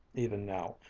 even now,